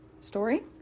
story